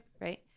right